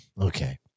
okay